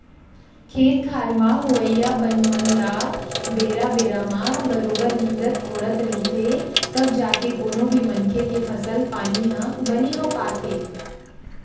खेत खार म होवइया बन मन ल बेरा बेरा म बरोबर निंदत कोड़त रहिथे तब जाके कोनो भी मनखे के फसल पानी ह बने हो पाथे